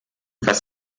was